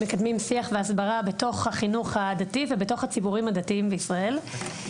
מקדמים שיח והסברה בתוך החינוך הדתי ובתוך הציבורים הדתיים בישראל.